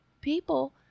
people